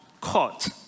caught